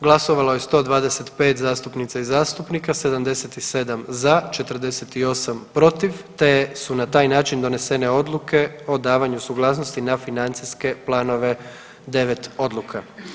Glasovalo je 125 zastupnica i zastupnika, 77 za, 48 protiv te su na taj način donesene odluke o davanju suglasnosti na financijske planove, 9 odluka.